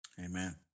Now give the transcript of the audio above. Amen